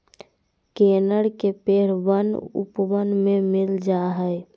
कनेर के पेड़ वन उपवन में मिल जा हई